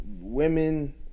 women